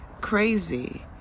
crazy